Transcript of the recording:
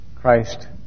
Christ